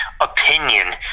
opinion